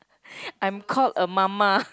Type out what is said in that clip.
I'm called a mama